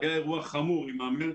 זה היה אירוע חמור עם האמר,